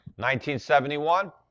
1971